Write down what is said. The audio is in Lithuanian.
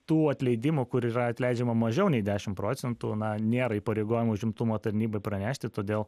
tų atleidimų kur yra atleidžiama mažiau nei dešim procentų na nėra įpareigojimo užimtumo tarnybai pranešti todėl